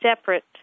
separate